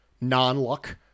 non-luck